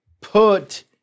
put